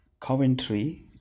coventry